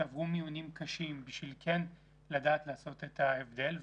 שעברו מיונים קשים כדי כן לדעת לעשות את ההבדל.